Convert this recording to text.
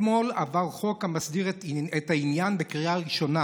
אתמול עבר חוק המסדיר את העניין בקריאה ראשונה